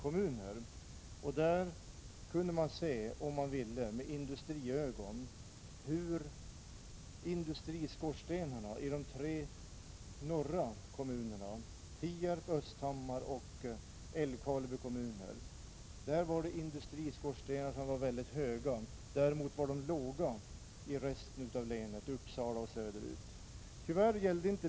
Man kunde om man ville — med industriögon — se hur skorstenarna sträckte sig höga i länets tre norra kommuner, Tierp, Östhammar och Älvkarleby. Däremot var de låga i resten av länet, Uppsala och söderut.